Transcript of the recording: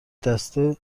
دسته